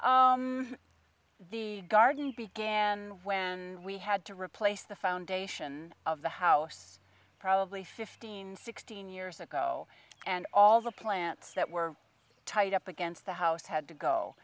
start the garden began when we had to replace the foundation of the house probably fifteen sixteen years ago and all the plants that were tied up against the house had to go